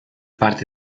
parte